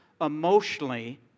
emotionally